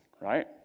right